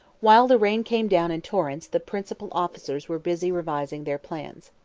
while the rain came down in torrents the principal officers were busy revising their plans.